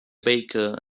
baker